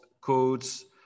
codes